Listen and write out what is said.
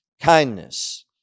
Kindness